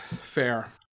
Fair